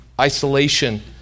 isolation